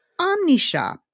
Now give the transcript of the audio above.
OmniShop